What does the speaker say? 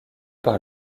par